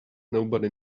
nobody